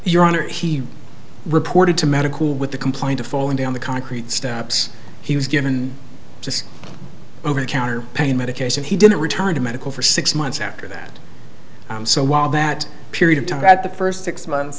your honor he reported to medical with the complaint of falling down the concrete steps he was given just over the counter pain medication he didn't return to medical for six months after that so while that period of time had the first six months